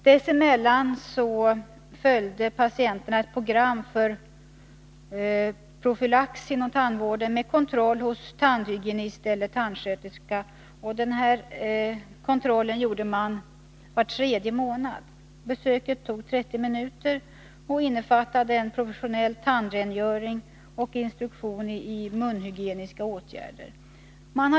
Dessemellan följde patienterna ett program för profylax med kontroll var tredje månad hos tandhygienist eller tandsköterska. Besöket tog 30 minuter och innefattade professionell tandrengöring och instruktion i munhygieniska åtgärder.